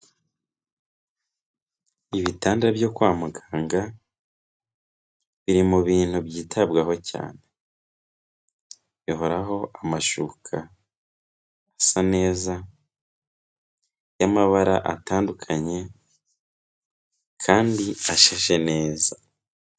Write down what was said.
Ibitanda byo kwa muganga, biri mu bintu byitabwaho cyane. Bihoraho amashuka asa neza y'amabara atandukanye kandi ashashe neza.